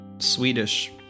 swedish